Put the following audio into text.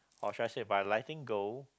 or should I say by liking girl